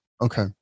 Okay